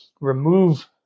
remove